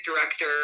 director